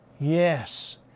Yes